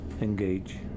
engage